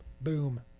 Boom